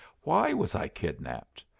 why was i kidnapped?